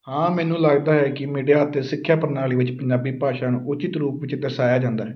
ਹਾਂ ਮੈਨੂੰ ਲੱਗਦਾ ਹੈ ਕਿ ਮੀਡੀਆ ਅਤੇ ਸਿੱਖਿਆ ਪ੍ਰਣਾਲੀ ਵਿੱਚ ਪੰਜਾਬੀ ਭਾਸ਼ਾ ਨੂੰ ਉਚਿਤ ਰੂਪ ਵਿਚ ਦਰਸਾਇਆ ਜਾਂਦਾ ਹੈ